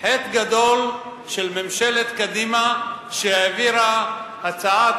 חטא גדול של ממשלת קדימה שהעבירה הצעת